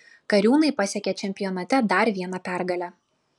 kariūnai pasiekė čempionate dar vieną pergalę